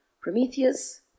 Prometheus